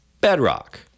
Bedrock